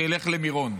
שילך למירון.